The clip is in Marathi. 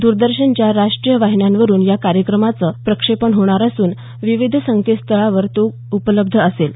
दरदर्शनच्या राष्टीय वाहिन्यांवरुन या कार्यक्रमाचं प्रक्षेपण होणार असून विविध संकेतस्थळांवर तो उपलब्ध असेल